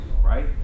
right